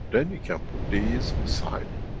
then you can put these aside.